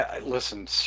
listen